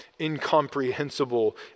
incomprehensible